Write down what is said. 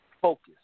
focus